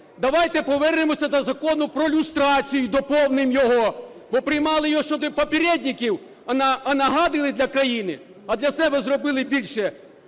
Давайте повернемося до Закону про люстрацію, доповнимо його, бо приймали його щодо "папєрєдніків", а нагадили для країни. А для себе зробили більше